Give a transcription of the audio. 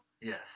Yes